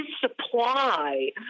supply